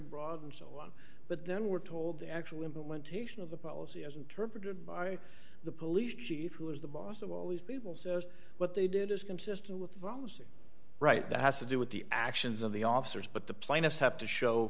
broad and so on but then we're told the actual implementation of the policy as interpreted by the police chief who is the boss of all these people says what they did is consistent with balancing right that has to do with the actions of the officers but the plaintiffs have to show